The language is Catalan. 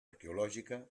arqueològica